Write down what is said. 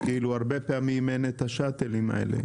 הרבה פעמים אין את השאטלים האלה,